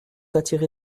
attirer